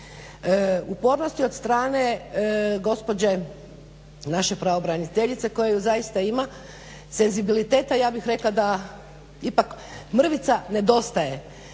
Upornosti od strane gospođe naše pravobraniteljice koju zaista ima, senzibiliteta ja bih rekla da ipak mrvica nedostaje